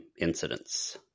incidents